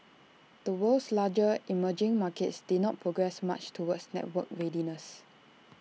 the world's larger emerging markets did not progress much towards networked readiness